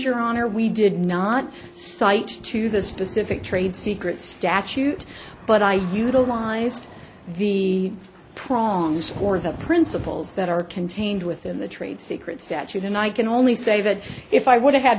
your honor we did not cite to the specific trade secret statute but i utilized the prongs or the principles that are contained within the trade secret statute and i can only say that if i would have had